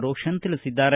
ರೋಶನ್ ತಿಳಿಸಿದ್ದಾರೆ